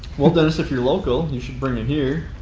well, dennis, if you're local you should bring it here.